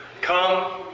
Come